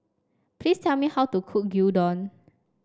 please tell me how to cook Gyudon